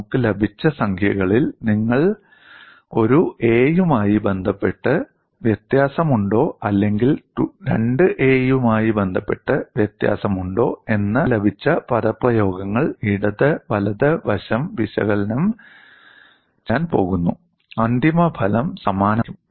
നമുക്ക് ലഭിച്ച സംഖ്യകളിൽ നിങ്ങൾ ഒരു a യുമായി ബന്ധപ്പെട്ട് വ്യത്യാസമുണ്ടോ അല്ലെങ്കിൽ 2a യുമായി ബന്ധപ്പെട്ട് വ്യത്യാസമുണ്ടോ എന്ന് നമുക്ക് ലഭിച്ച പദപ്രയോഗങ്ങൾ ഇടത് വലത് വശത്ത് വിശകലനം ചെയ്യാൻ പോകുന്നു അന്തിമഫലം സമാനമായിരിക്കും